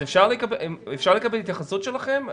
אפשר לקבל התייחסות שלכם?